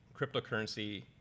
cryptocurrency